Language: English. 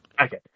Okay